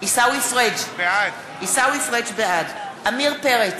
עמיר פרץ,